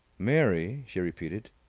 mary? she repeated.